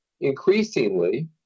increasingly